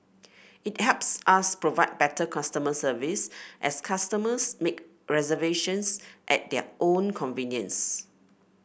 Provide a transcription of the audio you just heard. it helps us provide better customer service as customers make reservations at their own convenience